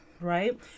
right